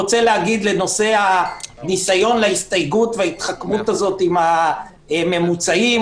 לנושא הניסיון להסתייגות וההתחכמות הזאת עם הממוצעים,